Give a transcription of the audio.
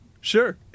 Sure